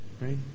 Right